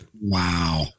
Wow